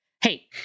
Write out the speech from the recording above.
hey